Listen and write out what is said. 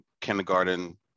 kindergarten